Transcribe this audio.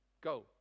go